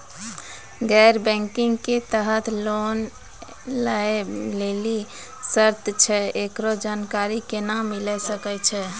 गैर बैंकिंग के तहत लोन लए लेली की सर्त छै, एकरो जानकारी केना मिले सकय छै?